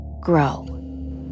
grow